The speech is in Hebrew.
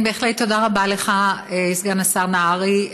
כן, בהחלט, תודה רבה לך, סגן השר נהרי.